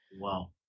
Wow